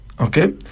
Okay